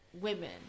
women